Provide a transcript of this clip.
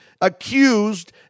accused